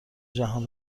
جهان